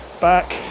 back